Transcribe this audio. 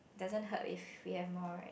doesn't hurt if we have more right